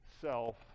self